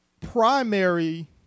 primary